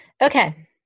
Okay